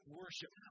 worship